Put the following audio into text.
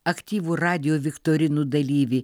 aktyvų radijo viktorinų dalyvį